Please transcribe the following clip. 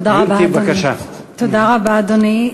תודה רבה, אדוני.